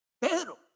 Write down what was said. Pedro